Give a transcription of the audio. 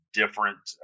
different